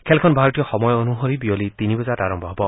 খেলখন ভাৰতীয় সময় অনুসৰি বিয়লি তিনি বজাত আৰম্ভ হ'ব